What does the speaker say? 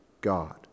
God